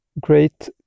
great